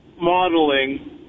modeling